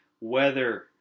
weather